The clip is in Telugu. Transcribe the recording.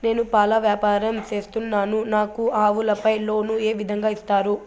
నేను పాల వ్యాపారం సేస్తున్నాను, నాకు ఆవులపై లోను ఏ విధంగా ఇస్తారు